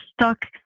stuck